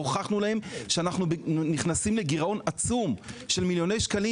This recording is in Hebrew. והוכחנו להם שאנחנו נכנסים לגירעון עצום של מיליוני שקלים